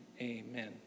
amen